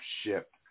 ship